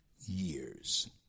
years